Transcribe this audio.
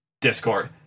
discord